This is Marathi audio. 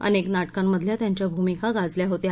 अनेक नाटकांमधल्या त्यांच्या भूमिका गाजल्या होत्या